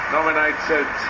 Nominated